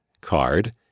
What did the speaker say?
card